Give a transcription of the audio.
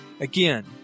Again